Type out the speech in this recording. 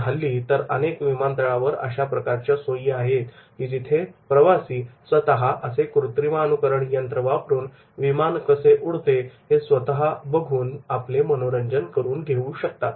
आणि हल्ली तर अनेक विमानतळांवर अशा प्रकारच्या सोयी आहेत की जिथे प्रवासी स्वतः असे कृत्रिमानुकरण यंत्र वापरून विमान कसे उडते हे बघून स्वतःचे मनोरंजन करतात